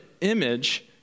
image